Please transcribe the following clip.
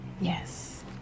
yes